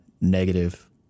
negative